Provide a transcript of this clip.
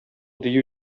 дию